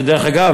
דרך אגב,